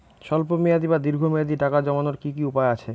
স্বল্প মেয়াদি বা দীর্ঘ মেয়াদি টাকা জমানোর কি কি উপায় আছে?